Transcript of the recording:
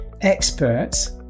experts